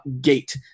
gate